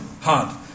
hard